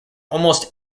almost